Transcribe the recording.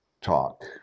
talk